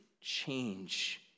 change